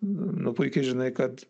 nu puikiai žinai kad